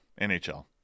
NHL